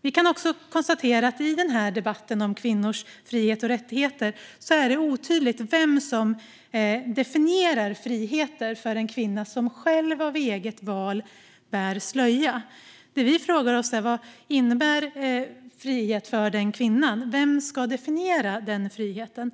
Vi kan också konstatera att i debatten om kvinnors frihet och rättigheter är det otydligt vem som definierar frihet för den kvinna som av eget val bär slöja. Vi frågar oss: Vad innebär frihet för den kvinnan? Vem ska definiera den friheten?